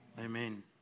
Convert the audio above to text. Amen